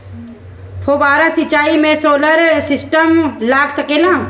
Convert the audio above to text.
फौबारा सिचाई मै सोलर सिस्टम लाग सकेला?